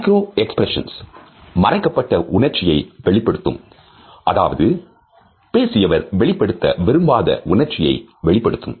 micro expressions மறைக்கப்பட்ட உணர்ச்சியை வெளிப்படுத்தும் அதாவது பேசியவர் வெளிப்படுத்த விரும்பாத உணர்ச்சியை வெளிப்படுத்தும்